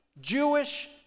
Jewish